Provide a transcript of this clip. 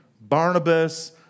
Barnabas